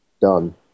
Done